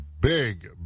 big